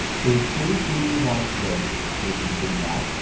phase two who do you want it to go to? so we've completed that.